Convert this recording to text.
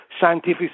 scientific